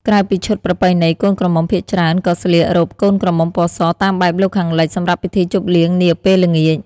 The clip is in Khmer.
ក្រៅពីឈុតប្រពៃណី កូនក្រមុំភាគច្រើនក៏ស្លៀក រ៉ូបកូនក្រមុំពណ៌ស តាមបែបលោកខាងលិចសម្រាប់ពិធីជប់លៀងនាពេលល្ងាច ។